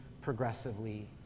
progressively